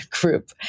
group